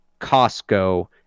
Costco